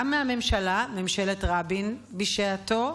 גם מהממשלה, ממשלת רבין בשעתו,